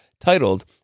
titled